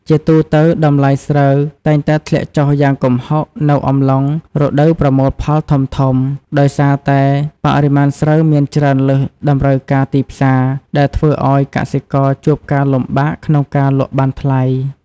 ជាទូទៅ តម្លៃស្រូវតែងតែធ្លាក់ចុះយ៉ាងគំហុកនៅអំឡុងរដូវប្រមូលផលធំៗ ដោយសារតែបរិមាណស្រូវមានច្រើនលើសតម្រូវការទីផ្សារ ដែលធ្វើឲ្យកសិករជួបការលំបាកក្នុងការលក់បានថ្លៃ។